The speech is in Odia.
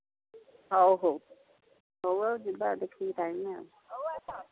ହଉ ହଉ ହଉ ଆଉ ଯିବା ଦେଖିକି ଟାଇମ୍ ଆଉ ହଉ ଆସ